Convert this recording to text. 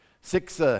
Six